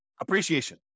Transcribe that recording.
appreciation